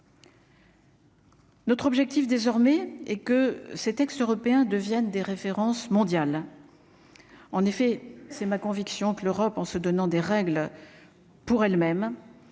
Notre objectif désormais est que cet ex-européens deviennent des références mondiales en effet, c'est ma conviction que l'Europe en se donnant des règles pour même